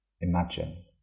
Imagine